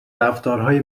رفتارهای